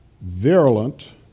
virulent